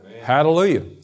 Hallelujah